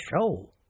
show